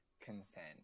Consent